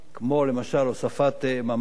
כמו למשל הוספת ממ"דים,